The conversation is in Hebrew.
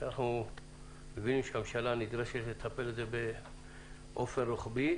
אנחנו מבינים שהממשלה נדרשת בעיקר לטיפול רוחבי,